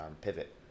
pivot